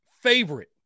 favorite